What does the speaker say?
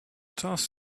task